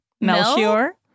Melchior